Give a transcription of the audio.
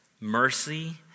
mercy